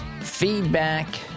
feedback